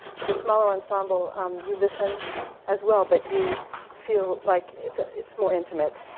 the smaller ensemble, um you listen as well, but you feel like it's ah it's more intimate